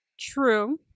True